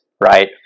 Right